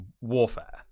warfare